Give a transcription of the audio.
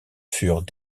furent